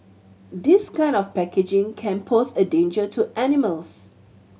this kind of packaging can pose a danger to animals